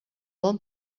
bon